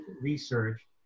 research